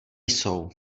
jsou